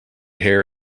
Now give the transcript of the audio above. hair